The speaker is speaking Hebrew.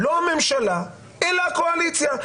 לא הממשלה אלא הקואליציה,